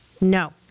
no